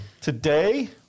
today